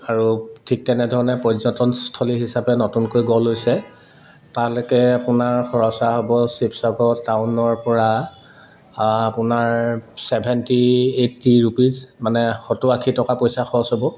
আৰু ঠিক তেনেধৰণে পৰ্যটনস্থলী হিচাপে নতুনকৈ গঢ় লৈছে তালৈকে আপোনাৰ খৰচা হ'ব শিৱসাগৰ টাউনৰ পৰা আপোনাৰ ছেভেণ্টি এইটি ৰুপিজ মানে সত্তৰ আশী টকা পইচা খৰচ হ'ব